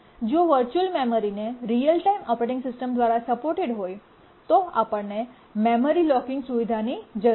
જો વર્ચુઅલ મેમરીને real time operating system દ્વારા સપોર્ટેડ હોય તો આપણને મેમરી લોકિંગ સુવિધાની જરૂર છે